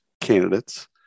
candidates